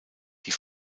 die